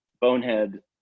Bonehead